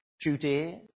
Judea